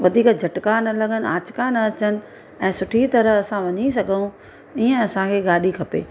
वधीक झटका न लॻनि आंचका न अचनि ऐं सुठी तरह असां वञी सघूं ईअं असांखे गाॾी खपे